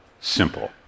simple